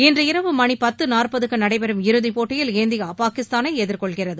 இன்று இரவு மணி பத்து நாற்பதுக்கு நடைபெறும் இறுதிப் போட்டியில் இந்தியா பாகிஸ்தானை எதிர்கொள்கிறது